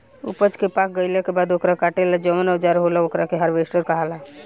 ऊपज के पाक गईला के बाद ओकरा काटे ला जवन औजार होला ओकरा के हार्वेस्टर कहाला